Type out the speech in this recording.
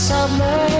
Summer